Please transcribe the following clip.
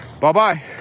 Bye-bye